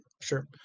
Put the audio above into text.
sure